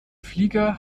flieger